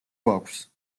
გვაქვს